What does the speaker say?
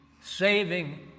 saving